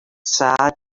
sad